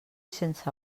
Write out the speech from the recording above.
sense